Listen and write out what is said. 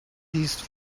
these